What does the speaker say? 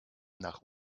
nach